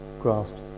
grasped